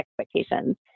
expectations